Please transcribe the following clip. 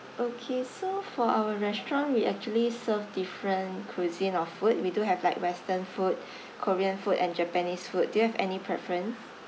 okay so for our restaurant we actually serve different cuisine of food we do have like western food korean food and japanese food do you have any preference